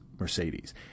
Mercedes